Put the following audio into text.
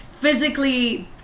physically